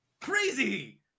Crazy